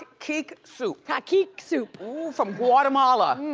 kaq'ik soup. kaq'ik soup. oh, from guatemala.